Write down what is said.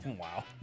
Wow